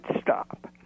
stop